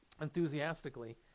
enthusiastically